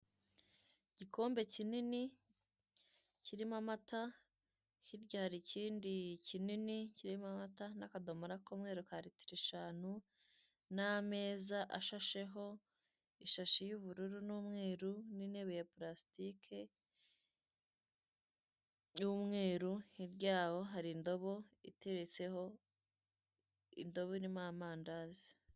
Igikombe kinini kirimo amata, hirya hari ikindi kinini kirimo amata, n'akadomora k'umweru ka ritiro eshanu, n'ameza ashasheho ishashi y'ubururu n'umweru, n'intebe ya parasitike y'umweru, hirya yaho hari indobo iteretse ho indobo irimo amandazi.